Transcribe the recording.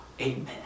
Amen